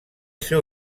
seu